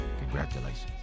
congratulations